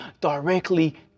directly